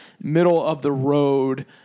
middle-of-the-road